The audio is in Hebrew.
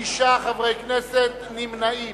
51, ושישה חברי כנסת נמנעים.